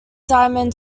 diamond